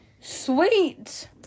Sweet